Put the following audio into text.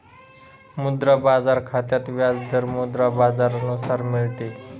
मुद्रा बाजार खात्यात व्याज दर मुद्रा बाजारानुसार मिळते